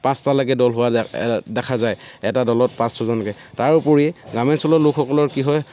পাঁচটা লৈকে দল হোৱা দেখা যায় এটা দলত পাঁচ ছজনকে তাৰোপৰি গ্ৰাম্যাঞ্চলৰ লোকসকলৰ কি হয়